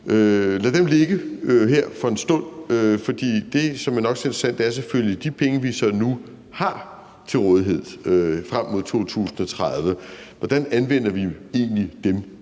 lad dem ligge her for en stund – for det, der er nok så interessant, er selvfølgelig de penge, vi så nu har til rådighed frem mod 2030. Hvordan anvender vi egentlig dem